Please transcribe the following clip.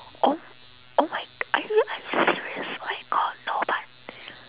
oh m~ oh my g~ are you are you serious oh my god no but